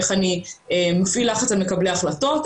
איך אני מפעיל לחץ על מקבלי החלטות,